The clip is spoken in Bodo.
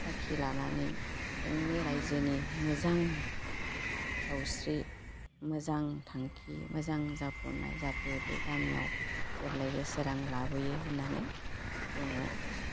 साखि लानानै जोंनि रायजोनि मोजां सावस्रि मोजां थांखि मोजां जाफुंनाय जाहाथे बे गामियाव जेब्लायबो सोरां लाबोयो होन्नानै जोङो